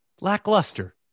lackluster